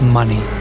money